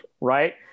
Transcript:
right